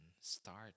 start